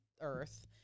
Earth